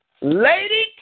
Lady